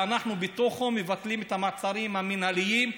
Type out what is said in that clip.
ואנחנו בתוכו מבטלים את המעצרים המינהליים?